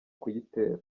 kuyitera